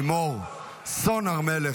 חברת הכנסת לימור סון הר מלך,